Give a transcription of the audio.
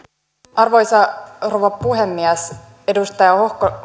arvoisa rouva puhemies edustaja